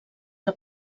que